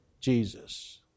Jesus